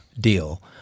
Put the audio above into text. deal